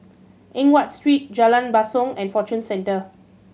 Eng Watt Street Jalan Basong and Fortune Centre